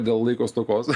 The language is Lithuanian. dėl laiko stokos